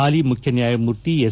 ಹಾಲಿ ಮುಖ್ಯನ್ಕಾಯಮೂರ್ತಿ ಎಸ್